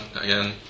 again